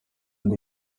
ngo